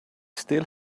still